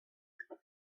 cal